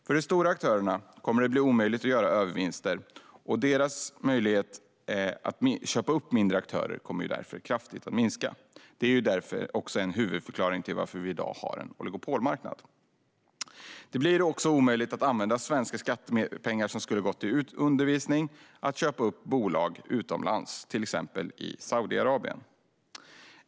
För de stora aktörerna kommer det att bli omöjligt att göra övervinster, och deras möjlighet att köpa upp mindre aktörer kommer därför kraftigt att minska. Det här är också en av huvudförklaringarna till att vi i dag har en oligopolmarknad. Det blir också omöjligt att använda svenska skattepengar som skulle ha gått till undervisning till att köpa upp bolag utomlands, till exempel i Saudiarabien.